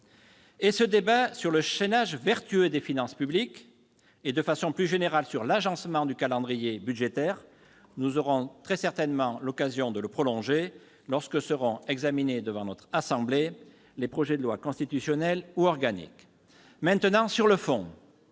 Ce débat sur le chaînage vertueux des finances publiques et, de façon plus générale, sur l'agencement du calendrier budgétaire, nous aurons très certainement l'occasion de le prolonger lorsque seront examinés devant la Haute Assemblée les projets de loi constitutionnelle et organique. J'en viens